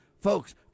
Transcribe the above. Folks